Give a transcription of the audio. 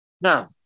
Now